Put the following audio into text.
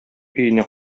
өенә